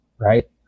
right